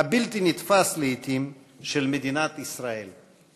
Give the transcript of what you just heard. הבלתי-נתפס לעתים, של מדינת ישראל.